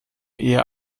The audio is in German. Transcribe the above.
eher